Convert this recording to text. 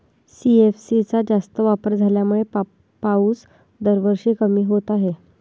CFC चा जास्त वापर झाल्यामुळे पाऊस दरवर्षी कमी होत आहे